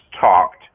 talked